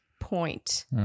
point